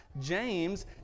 James